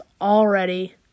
already